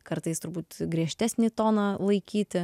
kartais turbūt griežtesnį toną laikyti